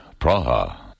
Praha